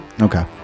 Okay